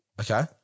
Okay